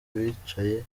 bicaye